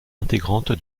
intégrante